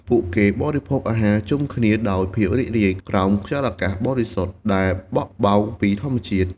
ពួកគេបរិភោគអាហារជុំគ្នាដោយភាពរីករាយ ក្រោមខ្យល់អាកាសបរិសុទ្ធដែលបក់បោកពីធម្មជាតិ។